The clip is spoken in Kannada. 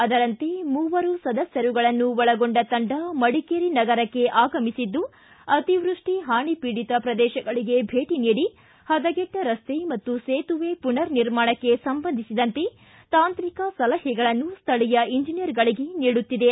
ಅದರಂತೆ ಮೂವರು ಸದಸ್ಕರುಗಳನ್ನು ಒಳಗೊಂಡ ತಂಡ ಮಡಿಕೇರಿ ನಗರಕ್ಕೆ ಆಗಮಿಸಿದ್ದು ಅತಿವೃಷ್ಟಿ ಹಾನಿ ಪೀಡಿತ ಪ್ರದೇಶಗಳಿಗೆ ಭೇಟಿ ನೀಡಿ ಪದಗಟ್ಟ ರಸ್ತೆ ಮತ್ತು ಸೇತುವೆ ಮನರ್ನಿರ್ಮಾಣಕ್ಕೆ ಸಂಬಂಧಿಸಿದಂತೆ ತಾಂತ್ರಿಕ ಸಲಹೆಗಳನ್ನು ಸ್ಥಳೀಯ ಇಂಜಿಯರ್ಗಳಿಗೆ ನೀಡುತ್ತಿದೆ